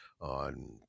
on